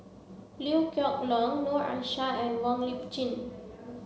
Liew Geok Leong Noor Aishah and Wong Lip Chin